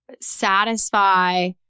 satisfy